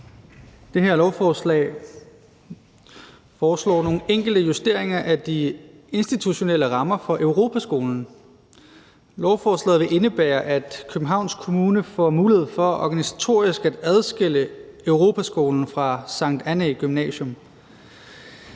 det her lovforslag foreslås nogle enkelte justeringer af de institutionelle rammer for Europaskolen. Lovforslaget indebærer, at Københavns Kommune får mulighed for organisatorisk at adskille Europaskolen fra Sankt Annæ Gymnasium,